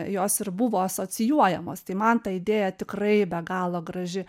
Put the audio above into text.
jos ir buvo asocijuojamos tai man ta idėja tikrai be galo graži